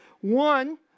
One